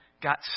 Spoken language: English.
got